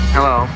Hello